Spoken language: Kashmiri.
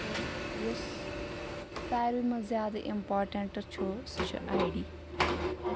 تہٕ یُس ساری منٛز زیادٕ اِمپاٹینٛٹ چھُ سُہ چھُ آیۍ ڈی